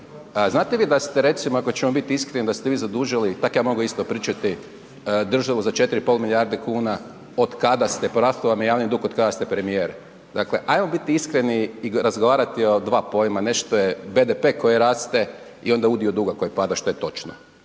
znate vi da ste recimo ako ćemo biti iskreni da ste vi zadužili, tak ja mogu isto pričati, državu za 4,5 milijarde kuna od kada ste porastao vam je javni dug od kada ste premijer, dakle ajmo biti iskreni i razgovarati o dva pojma, nešto je BDP koji raste i onda udio duga koji pada što je točno.